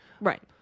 right